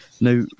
Now